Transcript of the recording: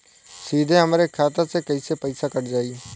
सीधे हमरे खाता से कैसे पईसा कट जाई?